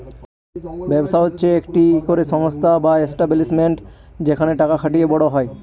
ব্যবসা হচ্ছে একটি করে সংস্থা বা এস্টাব্লিশমেন্ট যেখানে টাকা খাটিয়ে বড় হয়